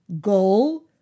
Goal